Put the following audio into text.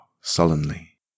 sullenly